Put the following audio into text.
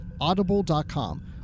Audible.com